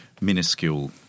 minuscule